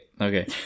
Okay